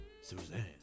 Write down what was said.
Suzanne